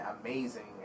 amazing